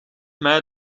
mij